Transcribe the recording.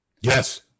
Yes